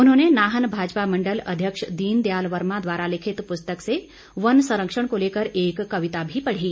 उन्होंने नाहन भाजपा मंडल अध्यक्ष दीनदयाल वर्मा द्वारा लिखित प्रस्तक से वन संरक्षण को लेकर एक कविता भी पढ़ी